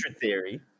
theory